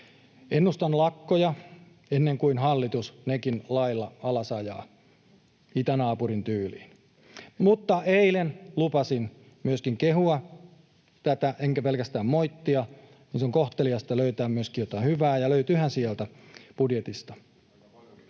Ennustan lakkoja ennen kuin hallitus nekin lailla ajaa alas itänaapurin tyyliin. Mutta eilen lupasin myöskin kehua tätä enkä pelkästään moittia. On kohteliasta löytää budjetista myöskin jotain hyvää, ja löytyihän sieltä.